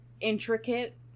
intricate